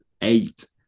eight